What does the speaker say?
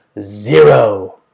Zero